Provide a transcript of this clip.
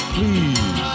Please